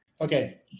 Okay